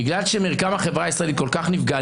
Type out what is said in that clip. בגלל שמרקם החברה הישראלית כל כך נפגע,